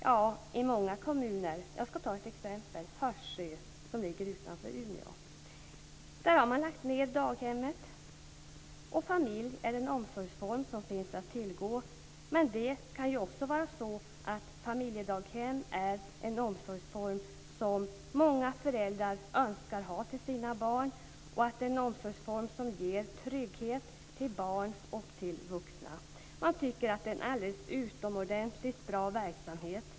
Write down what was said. Ja, jag ska ta ett exempel - Hössjö som ligger utanför Umeå. Där har man lagt ned daghemmet, och familjedaghem är den omsorgsform som finns att tillgå. Men det kan ju också vara så att familjedaghem är en omsorgsform som många föräldrar önskar för sina barn; det är en omsorgsform som ger trygghet till barn och till vuxna. Man tycker att det är en alldeles utomordentligt bra verksamhet.